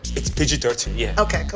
it's pg thirteen, yeah. ok, cool.